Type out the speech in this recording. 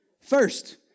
First